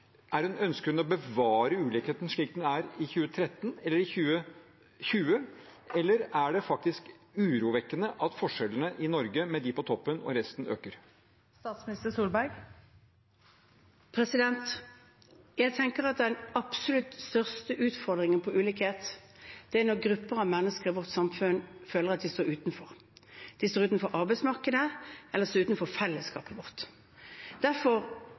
Ønsker hun å bevare ulikheten slik den var i 2013 eller er i 2020, eller er det faktisk urovekkende at forskjellene i Norge mellom dem på toppen og resten øker? Jeg tenker at den absolutt største utfordringen med ulikhet er når grupper av mennesker i vårt samfunn føler at de står utenfor. De står utenfor arbeidsmarkedet, eller de står utenfor fellesskapet vårt. Derfor